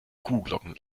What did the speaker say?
kuhglocken